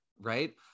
Right